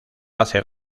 hace